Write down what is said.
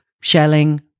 shelling